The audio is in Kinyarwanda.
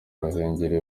ruhengeri